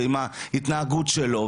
ועם ההתנהגות של הילד,